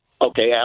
Okay